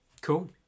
Cool